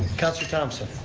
councilor thomson.